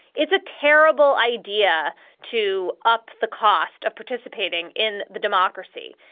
it's a terrible idea to up the cost of participating in the democracy.